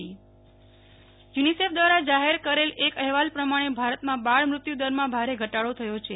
Nehal Thakkar UNICEF UNICEF દ્રારા જાહેર એક અહેવાલ પ્રમાણે ભારતમાં બાળ મૃત્યુદરમાં ભારે ઘટાડો થયો છે